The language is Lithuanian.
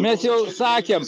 mes jau sakėm